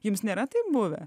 jums nėra taip buvę